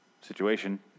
situation